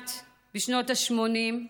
בשנות ה-80,